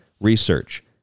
research